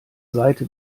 seite